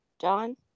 John